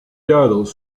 cadres